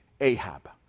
Ahab